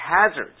hazards